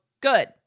good